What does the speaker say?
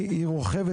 היא רוכבת,